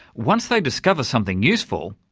once they discover something useful,